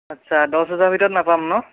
আচ্ছা দহ হাজাৰৰ ভিতৰত নাপাম ন